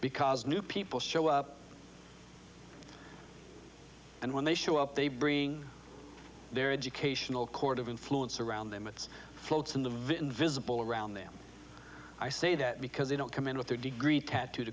because new people show up and when they show up they bring their educational cord of influence around them it's floats in the vision visible around them i say that because they don't come in with their degree tattooed